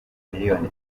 miliyoni